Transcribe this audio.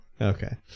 Okay